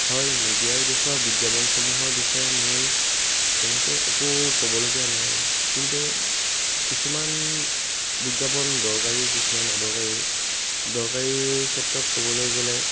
হয় মিডিয়াই দেখুৱা বিজ্ঞাপনসমূহৰ বিষয়ে মোৰ তেনেকৈ একো ক'বলগীয়া নাই কিন্তু কিছুমান বিজ্ঞাপন দৰকাৰীও কিছুমান অদৰকাৰীও দৰকাৰীৰ ক্ষেত্ৰত ক'বলৈ গ'লে